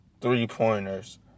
three-pointers